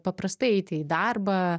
paprastai eiti į darbą